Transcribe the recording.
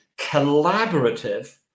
collaborative